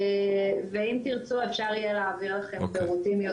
אם תרצו אפשר יהיה להעביר לכם פירוטים.